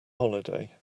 holiday